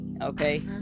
Okay